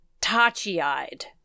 tachi-eyed